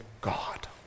God